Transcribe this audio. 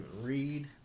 read